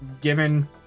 given